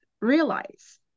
realize